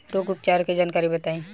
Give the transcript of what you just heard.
रोग उपचार के जानकारी बताई?